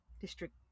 district